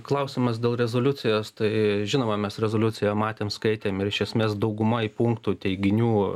klausimas dėl rezoliucijos tai žinoma mes rezoliuciją matėm skaitėm ir iš esmės daugumai punktų teiginių